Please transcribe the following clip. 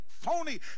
phony